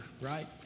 right